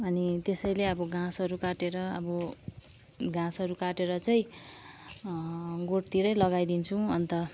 अनि त्यसैले अब घाँसहरू काटेर अब घाँसहरू काटेर चाहिँ गोठतिरै लगाइदिन्छौँ अन्त